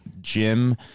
Jim